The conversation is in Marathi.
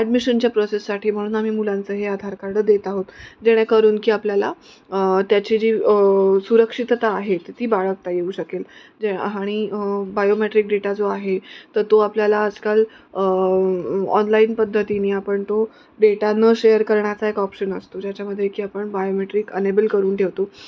ॲडमिशनच्या प्रोसेससाठी म्हणून आम्ही मुलांचं हे आधार कार्ड देत आहोत जेणेकरून की आपल्याला त्याची जी सुरक्षितता आहे ती बाळगता येऊ शकेल जे हा आणि बायोमेट्रिक डेटा जो आहे तर तो आपल्याला आजकाल ऑनलाईन पद्धतीनी आपण तो डेटा न शेअर करण्याचा एक ऑप्शन असतो ज्याच्यामध्ये की आपण बायोमेट्रिक अनेबल करून ठेवतो